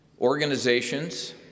Organizations